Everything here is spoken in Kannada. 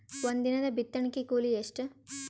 ಒಂದಿನದ ಬಿತ್ತಣಕಿ ಕೂಲಿ ಎಷ್ಟ?